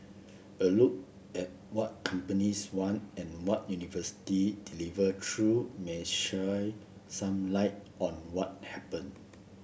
a look at what companies want and what university deliver true may sheer some light on what happened